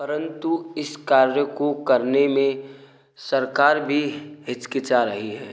परंतु इस कार्य को करने में सरकार भी हिचकिचा रही है